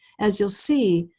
as you'll see,